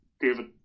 David